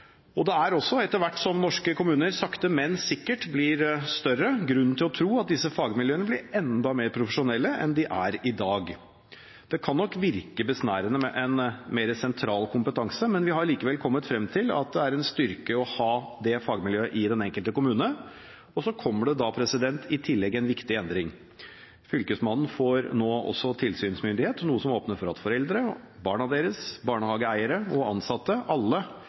kommune. Det er også – etter hvert som norske kommuner sakte, men sikkert blir større – grunn til å tro at disse fagmiljøene blir enda mer profesjonelle enn de er i dag. Det kan nok virke besnærende med en mer sentral kompetanse, men vi har likevel kommet frem til at det er en styrke å ha det fagmiljøet i den enkelte kommune. Så kommer det i tillegg en viktig endring: Fylkesmannen får nå også tilsynsmyndighet, noe som åpner for at foreldre, barna deres, barnehageeiere og ansatte